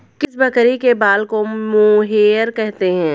किस बकरी के बाल को मोहेयर कहते हैं?